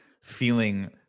feeling